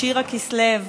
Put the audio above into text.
שירה כסלו.